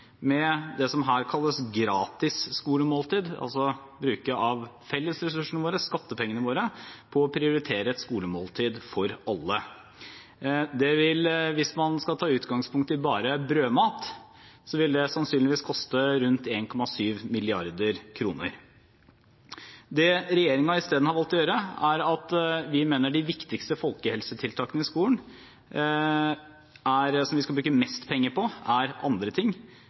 med det som her kalles gratis skolemåltid, altså bruke av fellesressursene våre, skattepengene våre, på å prioritere et skolemåltid for alle. Det vil, hvis man skal ta utgangspunkt i bare brødmat, sannsynligvis koste rundt 1,7 mrd. kr. Regjeringen mener isteden at de viktigste folkehelsetiltakene i skolen, det som vi skal bruke mest penger på, er andre ting,